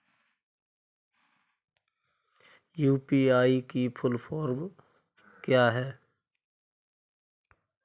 UPI की full form क्या है?